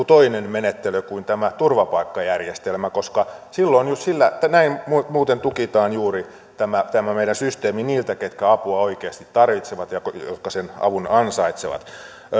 toinen menettely kuin tämä turvapaikkajärjestelmä koska silloin muuten tukitaan juuri tämä tämä meidän systeemimme niiltä ketkä apua oikeasti tarvitsevat ja jotka sen avun ansaitsevat